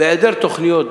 בהיעדר תוכניות,